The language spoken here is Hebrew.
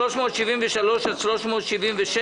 פניות 373 עד 376,